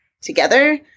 together